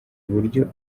uburyo